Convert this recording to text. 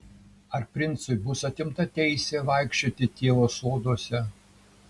ar princui bus atimta teisė vaikščioti tėvo soduose